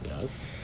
yes